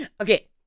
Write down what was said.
Okay